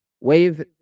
Wave